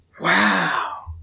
Wow